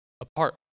apart